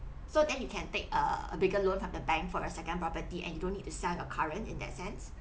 so then you can take a a bigger loan from the bank for a second property and you don't need to sell your current in that sense